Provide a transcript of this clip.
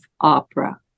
opera